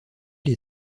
les